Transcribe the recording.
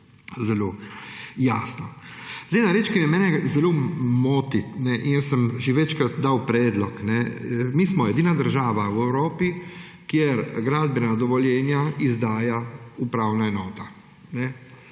zelo jasno. Ena reč, ki mene zelo moti, in sem že večkrat dal predlog; mi smo edina država v Evropi, kjer gradbena dovoljenja izdaja upravna enota.